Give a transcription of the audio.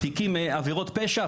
תיקים עבירות פשע,